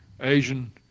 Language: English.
Asian